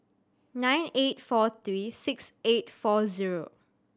nine eight four three six eight four zero